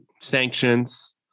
sanctions